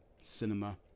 cinema